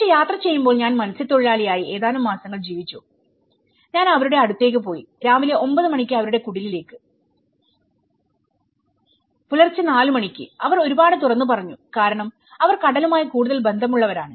പക്ഷേ യാത്ര ചെയ്യുന്പോൾ ഞാൻ മത്സ്യത്തൊഴിലാളിയായി ഏതാനും മാസങ്ങൾ ജീവിച്ചു ഞാൻ അവരുടെ അടുത്തേക്ക് പോയി രാവിലെ ഒമ്പത് മണിക്ക് അവരുടെ കടലിലേക്ക് പുലർച്ചെ നാല് മണിക്ക്അവർ ഒരുപാട് തുറന്ന് പറഞ്ഞുകാരണം അവർ കടലുമായി കൂടുതൽ ബന്ധമുള്ളവരാണ്